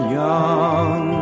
young